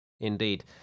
Indeed